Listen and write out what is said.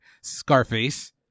Scarface